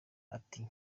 ati